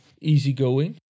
easygoing